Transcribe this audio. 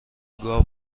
گاو